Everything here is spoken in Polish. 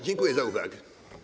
Dziękuję za uwagę.